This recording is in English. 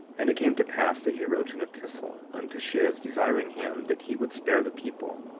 and it came to pass that he wrote an epistle unto shiz, desiring him that he would spare the people,